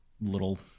little